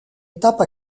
étape